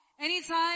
anytime